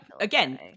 Again